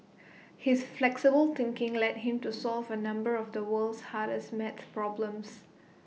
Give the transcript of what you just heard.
his flexible thinking led him to solve A number of the world's hardest math problems